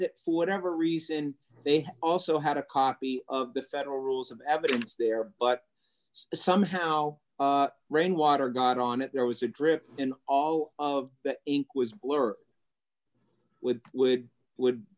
that for whatever reason they also had a copy of the federal rules of evidence there but somehow rainwater not on it there was a drip and all of that ink was blur with would would